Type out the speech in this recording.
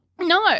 No